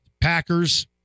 Packers